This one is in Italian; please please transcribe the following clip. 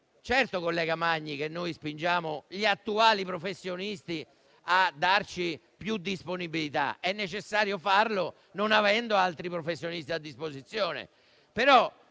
Certo, collega Magni, che noi spingiamo gli attuali professionisti a darci più disponibilità: è necessario farlo, non avendo a disposizione